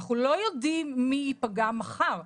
אנחנו לא יודעים מי ייפגע מחר.